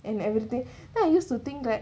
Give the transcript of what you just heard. and everything now I used to think right